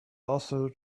also